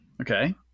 Okay